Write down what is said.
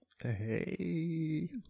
Hey